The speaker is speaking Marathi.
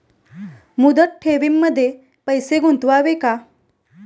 मुदत ठेवींमध्ये पैसे गुंतवावे का?